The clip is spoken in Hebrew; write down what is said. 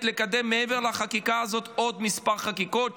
לקדם מעבר לחקיקה הזאת עוד כמה חקיקות,